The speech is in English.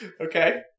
Okay